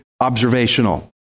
observational